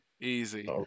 Easy